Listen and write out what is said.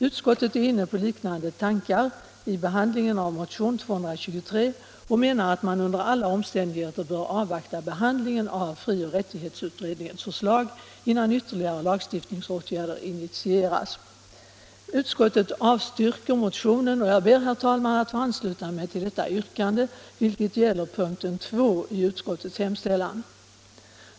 Utskottet är inne på liknande tankar i behandlingen av motionen 223 och menar att man under alla omständigheter bör avvakta behandlingen av frioch rättighetsutredningens förslag innan ytterligare lagstiftningsåtgärder initieras. Utskottet avstyrker motionen och jag ber, herr talman, att få ansluta mig till detta yrkande som gäller punkten 2 i utskottets hemställan.